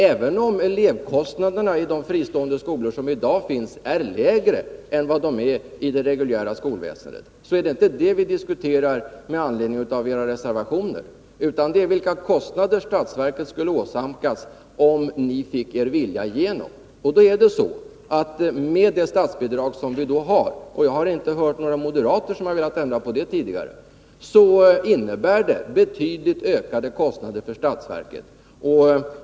Även om elevkostnaderna i de fristående skolor som i dag finns är lägre än i det reguljära skolväsendet är det inte detta som vi diskuterar med anledning av era reservationer, utan det är vilka kostnader som statsverket skulle åsamkas om ni fick er vilja igenom. Med det statsbidragssystem som vi har — och jag har inte tidigare hört att några moderater har velat ändra på det — skulle det innebära betydligt ökade kostnader för statsverket.